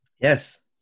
Yes